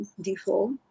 default